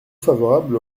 favorable